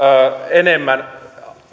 enemmän